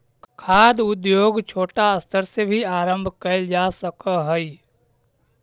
खाद्य उद्योग छोटा स्तर से भी आरंभ कैल जा सक हइ